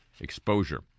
exposure